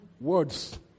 words